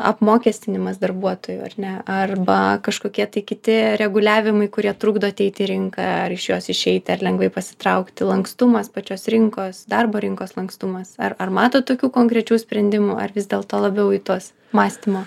apmokestinimas darbuotojų ar ne arba kažkokie kiti reguliavimai kurie trukdo ateiti į rinką ar iš jos išeiti ar lengvai pasitraukti lankstumas pačios rinkos darbo rinkos lankstumas ar ar matot tokių konkrečių sprendimų ar vis dėlto labiau į tuos mąstymo